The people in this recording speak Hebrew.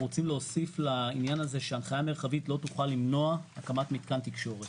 רוצים להוסיף לענין הזה שהנחיה מרחבית לא תוכל למנוע הקמת מתקן תקשורת.